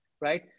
Right